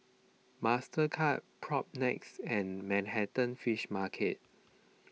Mastercard Propnex and Manhattan Fish Market